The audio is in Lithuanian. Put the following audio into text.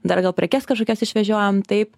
dar gal prekes kažkokias išvežiojam taip